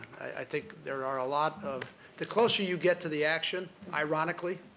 i think there are a lot of the closer you get to the action, ironically,